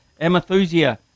Amethusia